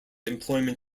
employment